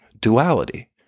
duality